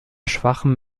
schwachem